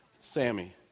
Sammy